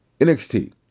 NXT